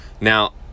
Now